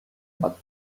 but